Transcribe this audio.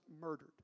murdered